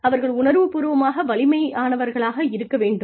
அவர்கள் உணர்வு பூர்வமாக வலிமையானவர்களாக இருக்க வேண்டும்